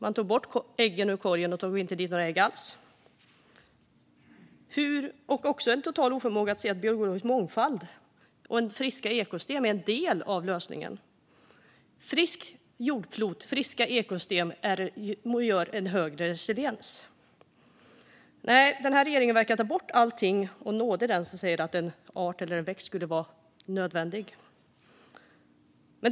Man tog bort äggen ur korgen och lade inte dit några nya alls. Vi ser också en total oförmåga att se att biologisk mångfald och friska ekosystem är en del av lösningen - att ett friskt jordklot och friska ekosystem har högre resiliens. Nej, den här regeringen verkar ta bort allting, och nåde den som säger att en art eller en växt skulle vara nödvändig.